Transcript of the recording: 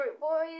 Boys